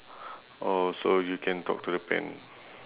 oh so you can talk to the pen